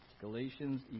Galatians